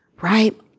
right